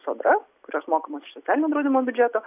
sodra kurios mokamos iš socialinio draudimo biudžeto